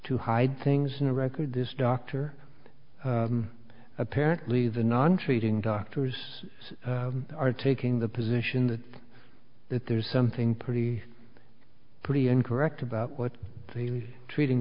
to hide things in a record this doctor apparently the non treating doctors are taking the position that there's something pretty pretty incorrect about what they were treating